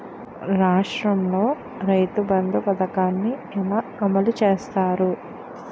రాష్ట్రంలో రైతుబంధు పథకాన్ని ఎలా అమలు చేస్తారు?